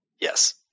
Yes